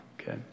okay